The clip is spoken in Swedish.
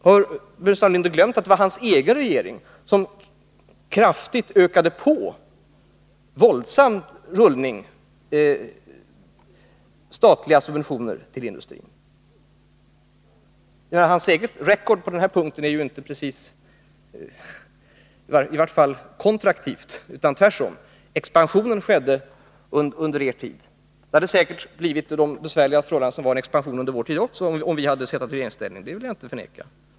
Har herr Burenstam Linder glömt att det var hans egen regering som kraftigt ökade de statliga subventionerna till industrin? Det var en våldsam rullning. Hans egen ”record” på detta område är inte precis kontraktiv, utan tvärtom. Expansionen skedde under er tid i regeringsställning. Jag vill inte förneka att också vi, om vi hade befunnit oss i regeringsställning då, skulle ha haft stora bekymmer med denna expansion.